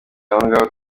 ahongaho